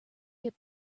get